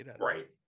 Right